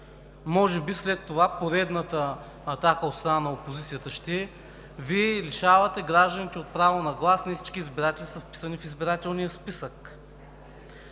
Може би след това поредната атака от страна на опозицията ще е: „Вие лишавате гражданите от право на глас. Не всички избиратели са вписани в избирателния списък.“